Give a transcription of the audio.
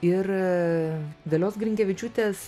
ir dalios grinkevičiūtės